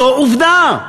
זו עובדה.